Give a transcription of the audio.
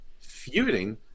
feuding